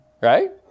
Right